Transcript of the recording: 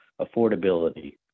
affordability